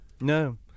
No